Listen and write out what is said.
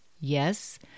Yes